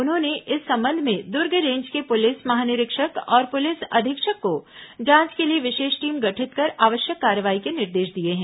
उन्होंने इस संबंध में दुर्ग रेंज के पुलिस महानिरीक्षक और पुलिस अधीक्षक को जांच के लिए विशेष टीम गठित कर आवश्यक कार्रवाई के निर्देश दिए हैं